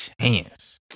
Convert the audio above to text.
chance